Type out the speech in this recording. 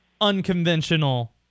unconventional